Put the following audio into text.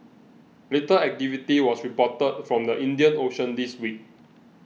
little activity was reported from the Indian Ocean this week